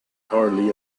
hardly